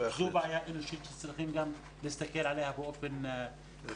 זו בעיה אנושית שצריכים גם להסתכל עליה באופן חזק.